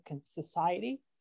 society